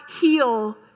heal